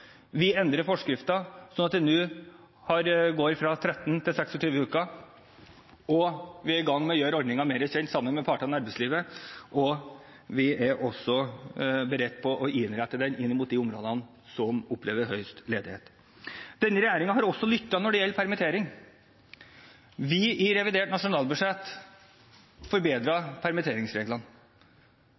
Vi endrer forskriften slik at vi øker fra 13 til 26 uker, vi er i gang med å gjøre ordningen mer kjent sammen med partene i arbeidslivet, og vi er også beredt på å innrette den inn mot de områdene som opplever høyest ledighet. Denne regjeringen har også lyttet når det gjelder permittering. I revidert nasjonalbudsjett forbedret vi permitteringsreglene.